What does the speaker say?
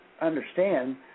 understand